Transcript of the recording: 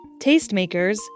Tastemakers